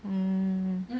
um